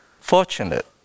fortunate